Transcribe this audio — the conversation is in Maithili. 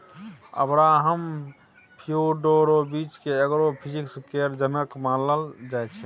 अब्राहम फियोडोरोबिच केँ एग्रो फिजीक्स केर जनक मानल जाइ छै